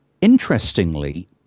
Interestingly